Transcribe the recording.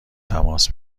تماس